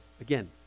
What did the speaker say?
again